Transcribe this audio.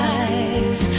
eyes